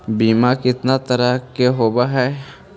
बीमा कितना तरह के होव हइ?